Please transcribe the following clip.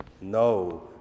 No